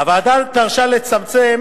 הוועדה דרשה צמצום